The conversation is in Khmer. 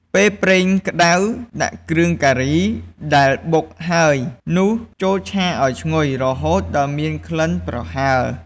ពេលប្រេងក្ដៅ ដាក់គ្រឿងការីដែលបុកហើយនោះចូលឆាឱ្យឈ្ងុយ រហូតដល់មានក្លិនប្រហើរ។